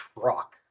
truck